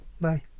Bye